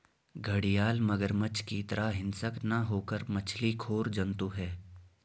घड़ियाल मगरमच्छ की तरह हिंसक न होकर मछली खोर जंतु है